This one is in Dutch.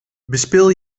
bespeel